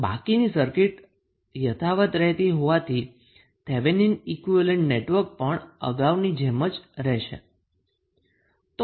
તો બાકીની સર્કિટ યથાવત રહેતી હોવાથી થેવેનિન ઈક્વીવેલેન્ટ નેટવર્ક પણ અગાઉની જેમ જ રહેશે